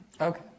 okay